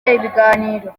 ibiganiro